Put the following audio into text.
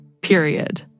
period